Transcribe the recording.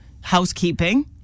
housekeeping